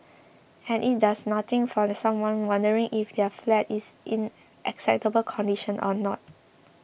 and it does nothing for someone wondering if their flat is in acceptable condition or not